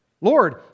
Lord